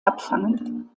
abfangen